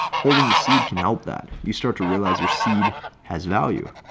holding the seed can help that you start to realize your seed has value.